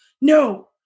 no